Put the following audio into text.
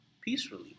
peacefully